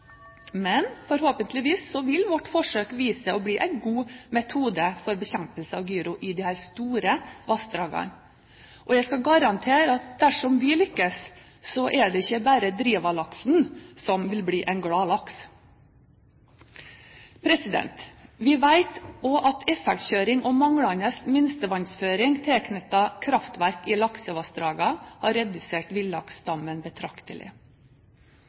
Men forhåpentligvis vil vårt forsøk vise seg å bli en god metode for bekjempelse av Gyro i disse store vassdragene. Jeg skal garantere at dersom vi lykkes, er det ikke bare Driva-laksen som vil bli en glad laks! Vi vet også at effektkjøring og manglende minstevannsføring tilknyttet kraftverk i laksevassdragene har redusert villaksstammen betraktelig.